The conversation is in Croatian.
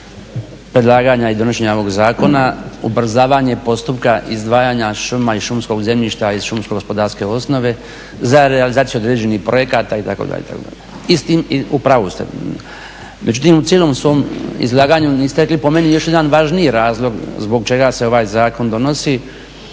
predlaganja i donošenja ovoga zakona ubrzavanje postupka izdavanja šuma i šumskog zemljišta iz šumskogospodarske osnove za realizaciju određenih projekata itd., itd.. I s tim, u pravu ste. Međutim, u cijelom svom izlaganju niste rekli po meni još jedan važniji razlog zbog čega se ovaj Zakon donosi